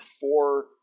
four